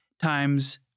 times